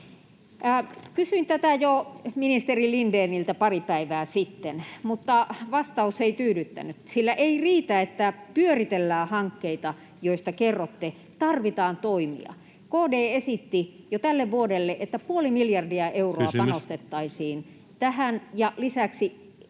Kysyin tätä ministeri Lindéniltä jo pari päivää sitten, mutta vastaus ei tyydyttänyt, sillä ei riitä, että pyöritellään hankkeita, joista kerrotte. Tarvitaan toimia. KD esitti jo tälle vuodelle, että puoli miljardia euroa [Puhemies: Kysymys!] panostettaisiin tähän ja lisäksi